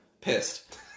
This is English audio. Pissed